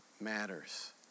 matters